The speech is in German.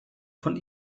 von